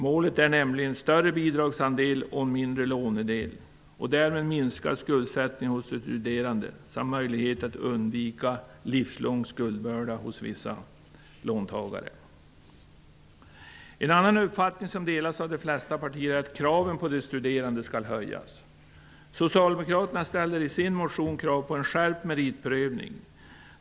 Målet är nämligen större bidragsandel och mindre lånedel, vilket skulle innebära minskad skuldsättning för de studerande samt möjlighet att undvika livslång skuldbörda för vissa låntagare. En annan uppfattning som delas av de flesta partier är att kraven på den studerande skall höjas. Socialdemokraterna ställer i sin motion krav på en skärpt meritprövning.